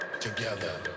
together